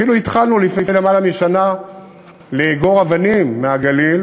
אפילו התחלנו לפני למעלה משנה לאגור אבנים מהגליל